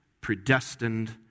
predestined